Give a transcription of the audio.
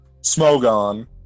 Smogon